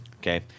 okay